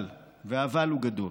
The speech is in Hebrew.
אבל, והאבל הוא גדול,